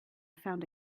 found